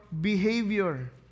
behavior